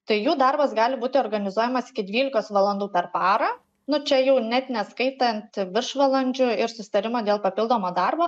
tai jų darbas gali būti organizuojamas iki dvylikos valandų per parą nu čia jau net neskaitant viršvalandžių ir susitarimo dėl papildomo darbo